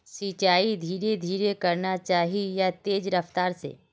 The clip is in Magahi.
सिंचाई धीरे धीरे करना चही या तेज रफ्तार से?